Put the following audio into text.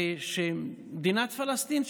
ושמדינת פלסטין,